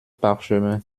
parchemin